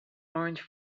orange